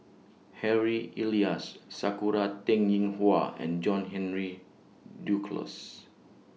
Harry Elias Sakura Teng Ying Hua and John Henry Duclos